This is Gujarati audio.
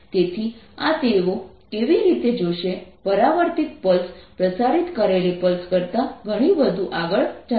તેથી આ તેઓ કેવી રીતે જોશે પરાવર્તિત પલ્સ પ્રસારિત કરેલી પલ્સ કરતા ઘણી વધુ આગળ ચાલશે